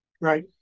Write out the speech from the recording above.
Right